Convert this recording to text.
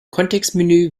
kontextmenü